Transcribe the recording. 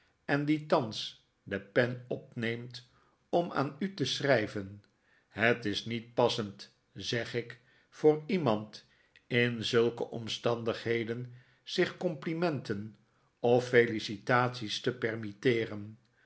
en die thans de pen opneemt om aan u te schrijven het is niet passend zeg ik voor iemand in zulke omstandigheden zich complimenten of felicitaties te permitteeren